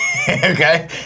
okay